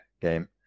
game